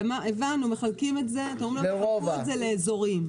הבנו, מחלקים את זה, יחלקו את זה לאזורים.